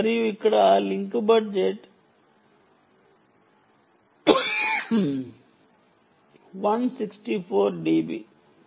మరియు ఇక్కడ link budget 164 dB